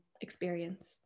experience